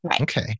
Okay